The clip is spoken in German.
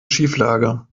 schieflage